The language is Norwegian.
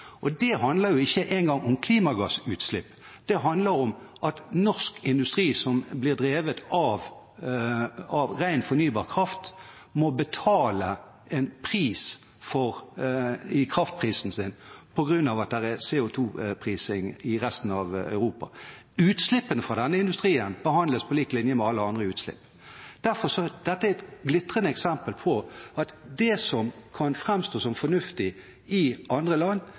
ETS-systemet. Det handler ikke engang om klimagassutslipp, det handler om at norsk industri som blir drevet av ren, fornybar kraft, må betale en pris i kraftprisen sin på grunn av at det er CO 2 -prising i resten av Europa. Utslippene fra denne industrien behandles på lik linje med alle andre utslipp. Derfor er dette et glitrende eksempel på at det som kan framstå som fornuftig i andre land,